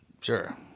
sure